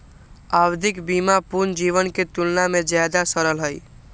आवधिक बीमा पूर्ण जीवन के तुलना में ज्यादा सरल हई